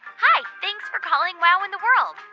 hi. thanks for calling wow in the world.